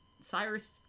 Cyrus